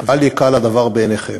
ואל יקל הדבר בעיניכם,